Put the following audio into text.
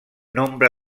nombre